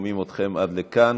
שומעים אתכם עד כאן,